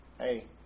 Hey